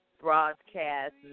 broadcast